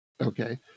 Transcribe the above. Okay